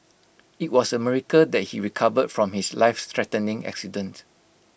IT was A miracle that he recovered from his life threatening accident